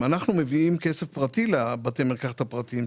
אנחנו מביאים כסף פרטי לבתי המרקחת הפרטיים.